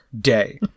day